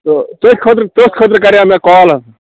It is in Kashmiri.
تہٕ تٔتھۍ خٲطرٕ تٔتھۍ خٲطرٕ کَریو مےٚ کال حظ